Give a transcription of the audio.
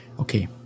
Okay